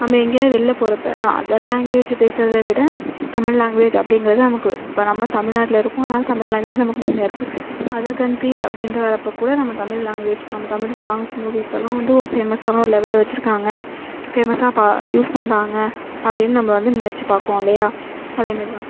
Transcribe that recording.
நம்ம எங்கேயாவது வெளில போறப்போ நான் அதர் லாங்குவேஜை பேசுறதைவிட தமிழ் லாங்குவேஜ் அப்படிங்கிறது நமக்கு இப்போ நம்ம வந்து தமிழ்நாட்டில் இருக்கோம் அதனால தமிழ் லாங்குவேஜ் நமக்கு முதன்மையாக இருக்கு ஸோ அதர் கண்ட்ரி அப்படின்ட்டு வரப்போக்கூட நம்ம தமிழ் லாங்குவேஜ் நம்ப தமிழ் சாங்ஸ் மூவிஸ் எல்லாம் வந்து ஒரு ஃபேமஸான ஒரு லெவல்லே வச்சுருக்காங்க ஃபேமஸாக பா யூஸ் பண்ணுறாங்க அப்படின்னு நம்ம வந்து நினைச்சி பாக்குவோம் இல்லையா அதேமாரிதான்